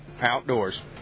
Outdoors